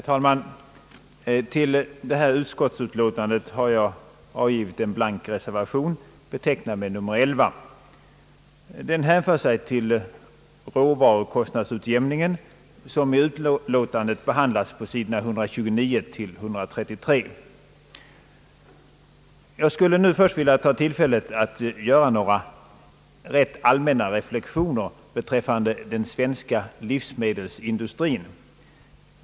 Herr talman! Till föreliggande utskottsutlåtande har jag fogat en blank reservation, betecknad med nr 11. I den upptas frågan om råvarukostnadsutjämningen, som i utlåtandet behandlats på sid. 129—133. Jag skulle först vilja begagna tillfället att göra några allmänna reflexioner beträffande den svenska livsmedelsindustrin.